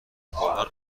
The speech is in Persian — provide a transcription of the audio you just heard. بالن